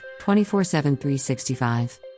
24-7-365